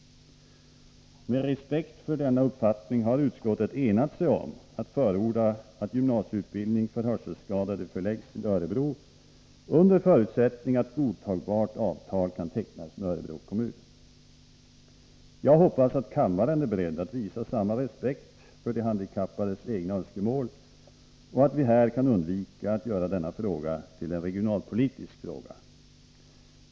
Med respekt för denna uppfattning har utskottet enat sig om att förorda att en gymnasieutbildning för hörselskadade förläggs till Örebro, under förutsättning att ett godtagbart avtal kan tecknas med Örebro kommun. Jag hoppas att kammaren är beredd att visa samma respekt för de handikappades egna önskemål och att vi här kan undvika att göra denna fråga till en regionalpolitisk fråga.